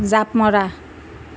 জাপ মৰা